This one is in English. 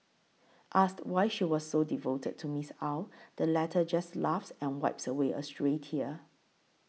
asked why she is so devoted to Ms Ow the latter just laughs and wipes away a stray tear